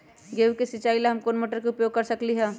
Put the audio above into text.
गेंहू के सिचाई ला हम कोंन मोटर के उपयोग कर सकली ह?